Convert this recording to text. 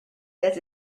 does